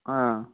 ꯑꯥ